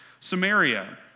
Samaria